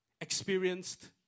experienced